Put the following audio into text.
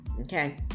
okay